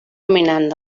dominant